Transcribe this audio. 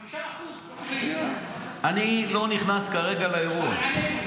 5%. אני לא נכנס כרגע לאירוע.